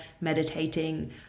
meditating